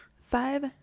five